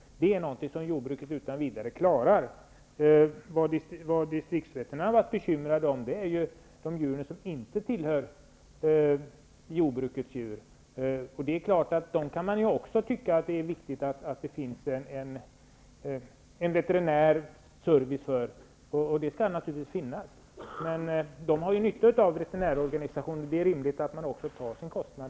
Det är någonting som jordbruket utan vidare klarar. Distriktsveterinärerna har varit bekymrade för de djur som inte tillhör jordbruket. Man kan tycka att det är viktigt att det finns en veterinärservice för dem, och det skall naturligtvis finnas. Men de har nytta av veterinärorganisationen, och det är rimligt att de tar sin kostnad.